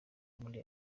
muri